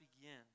begin